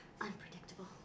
unpredictable